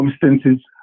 circumstances